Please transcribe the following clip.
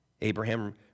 Abraham